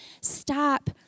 stop